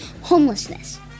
homelessness